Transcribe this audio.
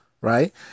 Right